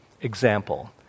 example